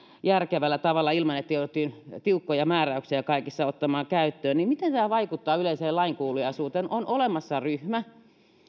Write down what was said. järkevällä tavalla ilman että jouduttiin tiukkoja määräyksiä kaikessa ottamaan käyttöön miten tämä vaikuttaa yleiseen lainkuuliaisuuteen on olemassa ryhmä